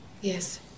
Yes